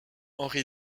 henri